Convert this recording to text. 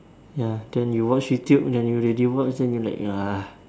ya then you watch YouTube then you already watch then you like ya